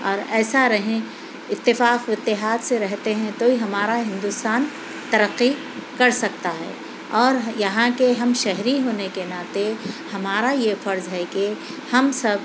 اور ایسا رہیں اتفاق و اتحاد سے رہتے ہیں تو ہمارا ہندوستان ترقی کر سکتا ہے اور یہاں کے ہم شہری ہونے کے ناطے ہمارا یہ فرض ہے کہ ہم سب